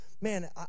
man